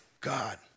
God